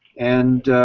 and